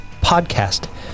podcast